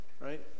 Right